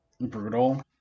brutal